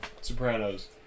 Sopranos